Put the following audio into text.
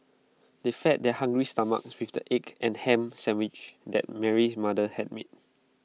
they fed their hungry stomachs with the egg and Ham Sandwiches that Mary's mother had made